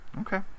Okay